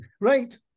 right